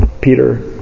Peter